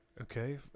Okay